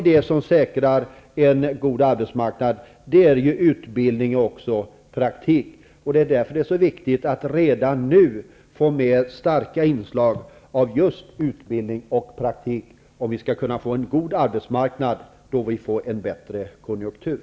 Inslag som säkrar en god arbetsmarknad är utbildning och praktik. Det är därför det är så viktigt att redan nu få starkare inslag av utbildning och praktik, om vi skall kunna få en god arbetsmarknad när vi får en bättre konjunktur.